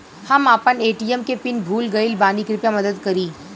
हम आपन ए.टी.एम के पीन भूल गइल बानी कृपया मदद करी